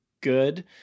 good